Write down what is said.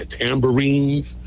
tambourines